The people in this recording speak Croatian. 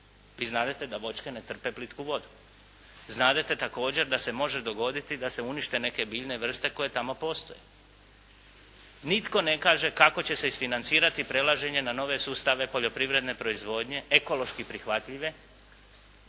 vi znadete da voćke ne trpe pitku vodu. Znadete također da se može dogoditi da se unište neke biljne vrste koje tamo postoje. Nitko ne kaže kako će se isfinancirati prelaženje na nove sustave poljoprivredne proizvodnje, ekološki prihvatljive